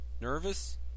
Nervous